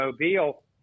Mobile